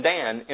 Dan